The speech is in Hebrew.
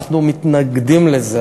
אנחנו מתנגדים לזה.